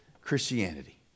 Christianity